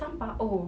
sampah oh